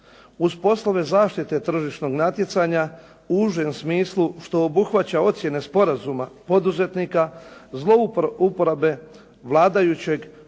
Uz poslove zaštite tržišnog natjecanja u užem smislu što obuhvaća ocjene sporazuma poduzetnika zlouporabe vladajućeg